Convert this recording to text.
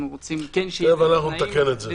אנחנו רוצים --- תיכף אנחנו נתקן את זה.